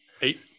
eight